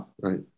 right